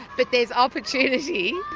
but there's opportunity,